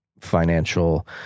financial